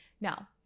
now